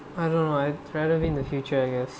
I don't know I've never plan the future yes